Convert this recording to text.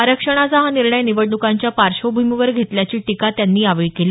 आरक्षणाचा हा निर्णय निवडण्कांच्या पार्श्वभूमीवर घेतल्याची टीका त्यांनी यावेळी केली